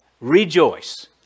Rejoice